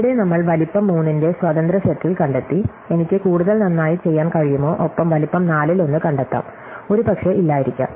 ഇവിടെ നമ്മൾ വലിപ്പം 3 ന്റെ സ്വാതന്ത്ര്യ സെറ്റിൽ കണ്ടെത്തി എനിക്ക് കൂടുതൽ നന്നായി ചെയ്യാൻ കഴിയുമോ ഒപ്പം വലുപ്പം 4 ൽ ഒന്ന് കണ്ടെത്താം ഒരുപക്ഷേ ഇല്ലായിരിക്കാം